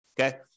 Okay